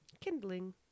kindling